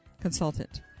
consultant